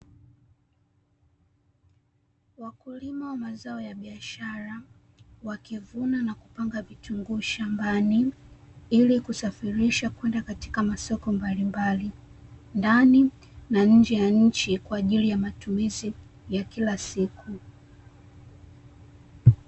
Wakulima wa mazao ya biashara wakivuna na kupanga vitunguu shambani, ili kusafirisha kwenda katika masoko ya mbalimbali, ndani na nje ya nchi kwa ajili ya matumizi ya kila siku.